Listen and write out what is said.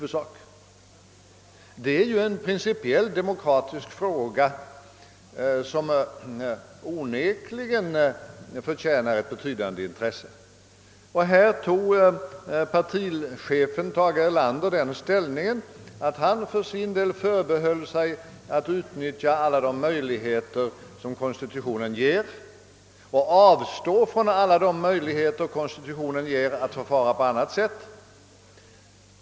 Detta är en principiell demokratisk fråga, som onekligen förtjänar ett betydande intresse. Partichefen Tage Erlander tog här den ställningen, att han för sin del förbehöll sig att utnyttja de möjligheter som konstitutionen ger honom och avstå från alla de möjligheter konstitututionen ger att beakta årets opinion.